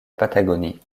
patagonie